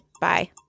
bye